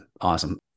awesome